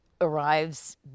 arrives